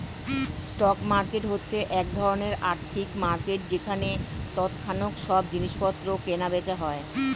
stock market হচ্ছে এক ধরণের আর্থিক মার্কেট যেখানে তৎক্ষণাৎ সব জিনিসপত্র কেনা বেচা হয়